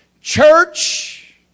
Church